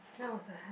then I was like